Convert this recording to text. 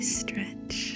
stretch